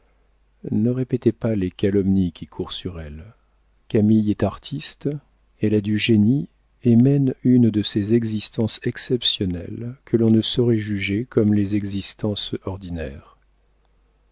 ne répétez pas les calomnies qui courent sur elle camille est artiste elle a du génie et mène une de ces existences exceptionnelles que l'on ne saurait juger comme les existences ordinaires